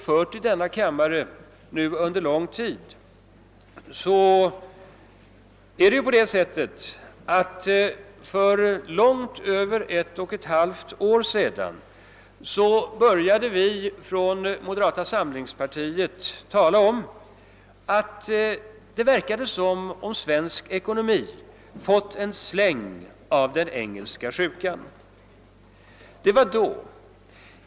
För mycket mer än ett och ett halvt år sedan började vi i moderata samlingspartiet tala om att det verkade som om svensk ekonomi fått en släng av engelska sjukan. Det var då.